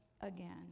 again